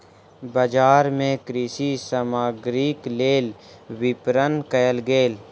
बजार मे कृषि सामग्रीक लेल विपरण कयल गेल